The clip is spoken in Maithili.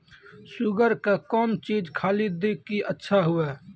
शुगर के कौन चीज खाली दी कि अच्छा हुए?